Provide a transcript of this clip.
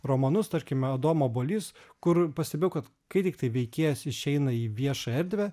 romanus tarkime adomo obuolys kur pastebėjau kad kai tiktai veikėjas išeina į viešą erdvę